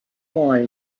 wine